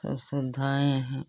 और सुविधाएँ हैं